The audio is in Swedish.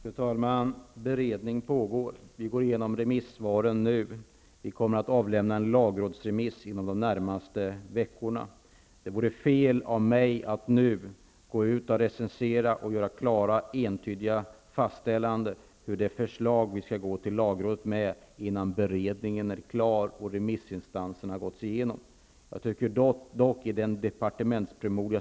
Fru talman! Det pågår en beredning. Vi går igenom remissvaren nu, och vi kommer att avlämna en lagrådsremiss inom de närmaste veckorna. Det vore fel av mig att nu recensera och framställa klara och entydiga fastställanden av det förslag som skall läggas fram för lagrådet innan beredningen av remissinstansernas svar är färdig.